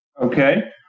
Okay